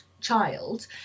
child